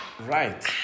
Right